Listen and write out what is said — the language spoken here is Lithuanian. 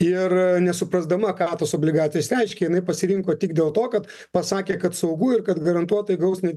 ir nesuprasdama ką tos obligacijos reiškia jinai pasirinko tik dėl to kad pasakė kad saugu ir kad garantuotai gaus net